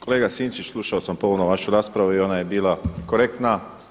Kolega Sinčić, slušao sam pomno vašu raspravu i ona je bila korektna.